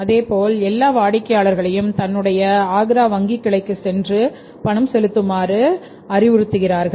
அதேபோல் எல்லா வாடிக்கையாளர்களையும் தன்னுடைய ஆக்ரா வங்கி கிளைக்கு சென்று பணம் செலுத்துமாறு அறிவுறுத்தப்படுகிறார்கள்